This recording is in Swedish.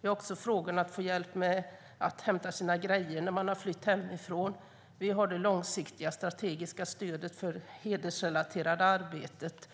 Vi har förslaget om att man får hjälp med att hämta sina saker när man flytt hemifrån, vi har det långsiktiga strategiska stödet för det hedersrelaterade arbetet